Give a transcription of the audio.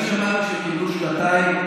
אני שמעתי שהם קיבלו שנתיים.